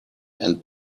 and